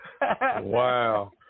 Wow